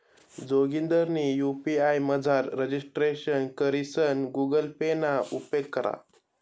जोगिंदरनी यु.पी.आय मझार रजिस्ट्रेशन करीसन गुगल पे ना उपेग करा